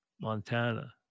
Montana